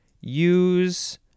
use